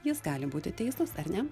jis gali būti teisus ar ne